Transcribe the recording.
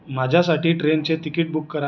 माझ्यासाठी ट्रेनचे तिकीट बुक करा